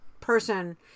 person